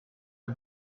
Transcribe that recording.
der